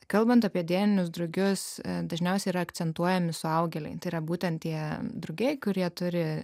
kalbant apie dieninius drugius dažniausiai yra akcentuojami suaugėliai tai yra būtent tie drugiai kurie turi